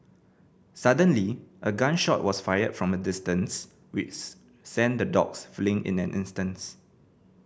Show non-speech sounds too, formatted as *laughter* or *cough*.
suddenly a gun shot was fired from a distance *unintelligible* sent the dogs fleeing in an instants